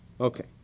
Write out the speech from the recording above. Okay